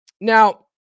Now